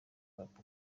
hop